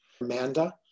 Amanda